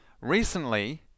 Recently